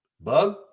Bug